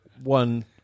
one